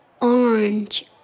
Orange